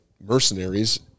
mercenaries